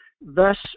Thus